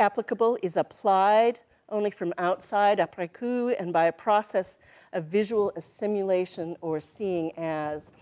applicable is applied only from outside, apres coup, and by a process of visual, a simulation, or seeing as,